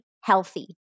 healthy